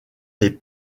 les